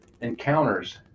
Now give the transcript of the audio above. encounters